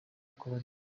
kubarekura